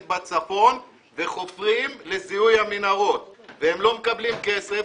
בצפון וחופרים לזיהוי המנהרות והם לא מקבלים כסף.